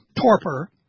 torpor